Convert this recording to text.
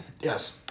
Yes